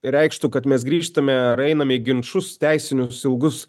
reikštų kad mes grįžtame ar einame į ginčus teisinius ilgus